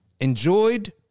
Enjoyed